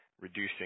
reducing